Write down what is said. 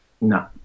No